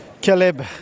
Caleb